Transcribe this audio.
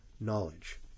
knowledge